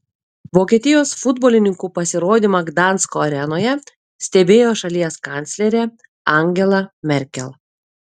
vokietijos futbolininkų pasirodymą gdansko arenoje stebėjo šalies kanclerė angela merkel